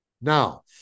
Now